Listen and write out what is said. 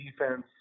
defense